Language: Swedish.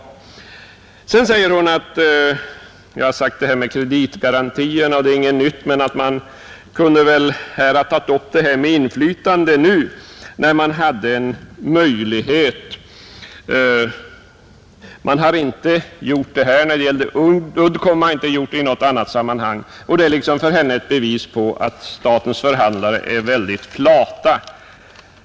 Fru Ryding säger också att vad jag sagt om kreditgarantier inte är någonting nytt och att man borde ha tagit upp frågan om inflytande nu när man hade en möjlighet att göra det. Detta har inte skett när det gäller Uddcomb och inte heller i något annat sammanhang, säger fru Ryding — det är för henne ett bevis på att statens förhandlare är flata.